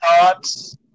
thoughts